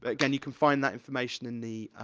but, again, you can find that information in the,